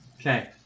Okay